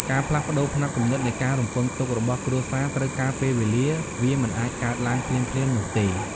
ការផ្លាស់ប្តូរផ្នត់គំនិតនៃការរំពឹងទុករបស់គ្រួសារត្រូវការ ពេលវេលា វាមិនអាចកើតឡើងភ្លាមៗនោះទេ។